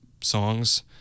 songs